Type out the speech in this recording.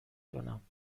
کنم